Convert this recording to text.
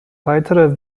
weiterer